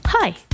Hi